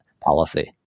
policy